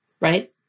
right